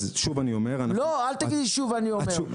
שוב אני אומר --- אל תגיד לי "שוב אני אומר".